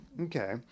okay